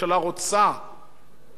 והיא צריכה לעשות,